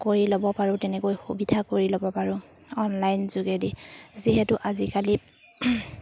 কৰি ল'ব পাৰোঁ তেনেকৈ সুবিধা কৰি ল'ব পাৰোঁ অনলাইন যোগেদি যিহেতু আজিকালি